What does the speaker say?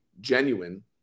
genuine